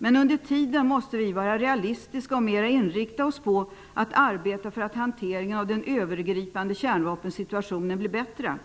Men under tiden måste vi vara realistiska och mera inrikta oss på att arbeta för att hanteringen av den övergripande kärnvapensituationen blir bättre.